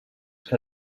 que